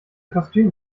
kostüm